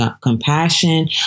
compassion